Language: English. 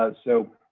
ah so,